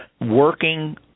working